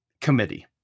committee